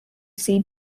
see